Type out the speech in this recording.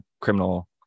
criminal